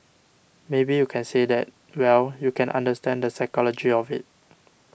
maybe you can say that well you can understand the psychology of it